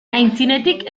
aitzinetik